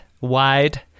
wide